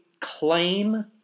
claim